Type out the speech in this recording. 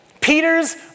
Peter's